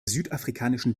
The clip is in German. südafrikanischen